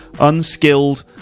Unskilled